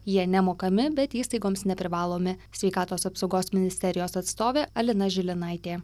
jie nemokami bet įstaigoms neprivalomi sveikatos apsaugos ministerijos atstovė alina žilinaitė